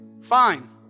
fine